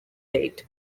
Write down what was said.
eight